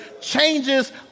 changes